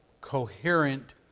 coherent